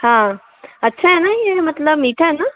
हाँ अच्छा है ना ये मतलब मीठा है ना